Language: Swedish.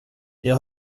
det